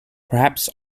perhaps